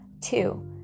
Two